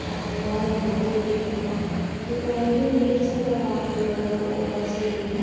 ஏதாவது ஒரு நடவடிக்கை எடுக்கணும் இப்போ வந்து இருசக்கர வாகனங்கள் ஒரு ஒரு வரிசையிலேயும்